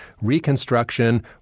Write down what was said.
Reconstruction